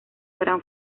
gran